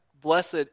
blessed